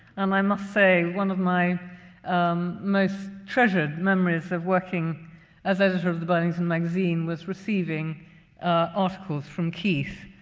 um i must say, one of my most treasured memories of working as editor of the burlington magazine was receiving articles from keith,